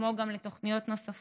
כמו גם על התוכניות נוספות.